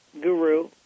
guru